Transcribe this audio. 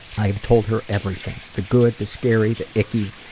i have told her everything the good, the scary, the icky.